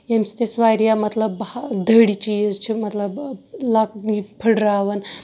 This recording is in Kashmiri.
ییٚمہِ سۭتۍ أسۍ واریاہ مطلب دٔرۍ چیٖز چھِ مطلب پھٹراوان